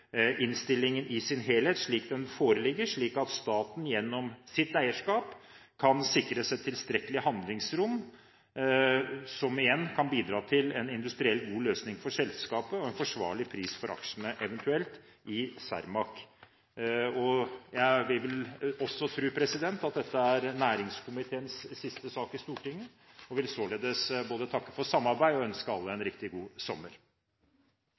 innstillingen i sin helhet slik den foreligger, slik at staten gjennom sitt eierskap kan sikres et tilstrekkelig handlingsrom som igjen kan bidra til en god industriell løsning for selskapet og en forsvarlig pris for aksjene, eventuelt i Cermaq ASA. Jeg vil også tro at dette er næringskomiteens siste sak i Stortinget og vil således både takke for samarbeidet og ønske alle en riktig god sommer.